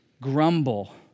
grumble